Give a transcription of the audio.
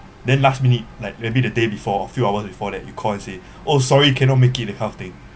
then last minute like maybe the day before or few hours before that you call and say oh sorry cannot make it that kind of thing